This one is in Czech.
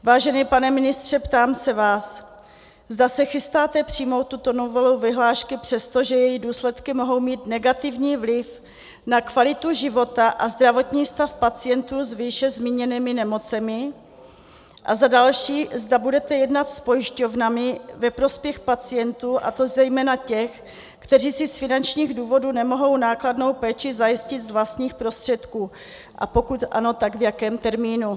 Vážený pane ministře, ptám se vás, zda se chystáte přijmout tuto novelu vyhlášky přesto, že její důsledky mohou mít negativní vliv na kvalitu života a zdravotní stav pacientů s výše zmíněnými nemocemi, a za další, zda budete jednat s pojišťovnami ve prospěch pacientů, a to zejména těch, kteří si z finančních důvodů nemohou nákladnou péči zajistit z vlastních prostředků, a pokud ano, tak v jakém termínu.